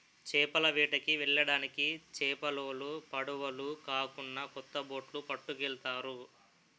చేపల వేటకి వెళ్ళడానికి చేపలోలు పడవులు కాకున్నా కొత్త బొట్లు పట్టుకెళ్తారు